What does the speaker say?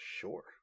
Sure